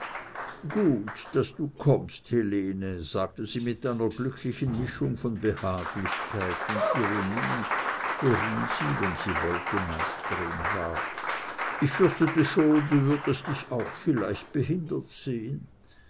gut daß du kommst helene sagte sie mit einer glücklichen mischung von behaglichkeit und ironie worin sie wenn sie wollte meisterin war ich fürchtete schon du würdest dich auch vielleicht behindert sehen